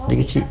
masih kecil